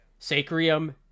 Sacrium